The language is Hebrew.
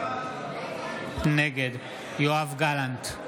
נגד יואב גלנט,